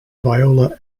viola